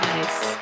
Nice